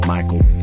Michael